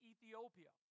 Ethiopia